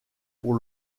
pour